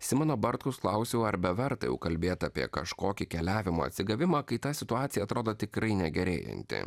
simono bartkaus klausiau ar beverta jau kalbėt apie kažkokį keliavimo atsigavimą kai ta situacija atrodo tikrai negerėjanti